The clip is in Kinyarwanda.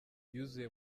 yuzuye